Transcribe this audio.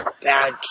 Bad